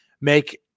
make